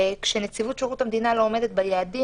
שכשנציבות שירות המדינה לא עומדת ביעדים,